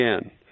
again